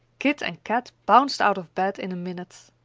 kit and kat bounced out of bed in a minute.